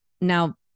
Now